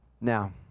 Now